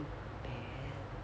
bad